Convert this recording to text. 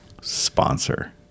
sponsor